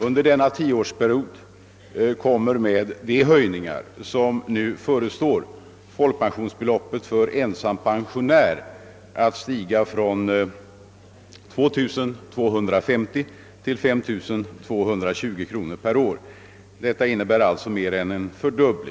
Under denna tioårsperiod har, inberäknat de höjningar som nu förestår, folkpensionsbeloppet för ensam pensionär stigit från 2250 kronor till 53220 kronor per år, alltså till mer än det dubbla.